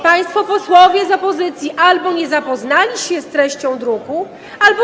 Państwo posłowie z opozycji albo nie zapoznali się z treścią druku, albo.